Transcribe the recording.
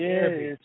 Yes